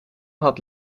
had